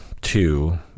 two